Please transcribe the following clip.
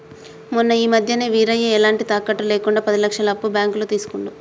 మొన్న ఈ మధ్యనే వీరయ్య ఎలాంటి తాకట్టు లేకుండా పది లక్షల అప్పు బ్యాంకులో తీసుకుండు